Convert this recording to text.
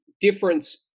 difference